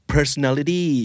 Personality